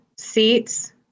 seats